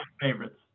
favorites